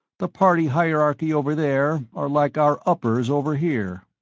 the party hierarchy over there are like our uppers over here.